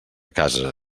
casa